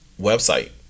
website